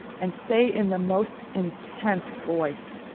and say in the most intense voice